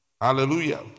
Hallelujah